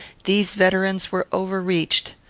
these veterans were overreached.